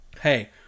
hey